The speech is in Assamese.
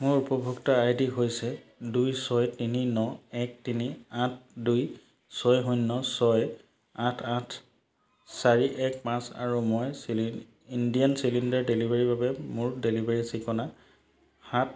মোৰ উপভোক্তা আই ডি হৈছে দুই ছয় তিনি ন এক তিনি আঠ দুই ছয় শূন্য ছয় আঠ আঠ চাৰি এক পাঁচ আৰু মই চিলি ইণ্ডেন চিলিণ্ডাৰ ডেলিভাৰীৰ বাবে মোৰ ডেলিভাৰী ঠিকনা সাত